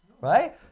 right